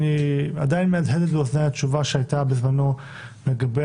עדיין מהדהדת באוזניי התשובה שהייתה בזמנו לגבי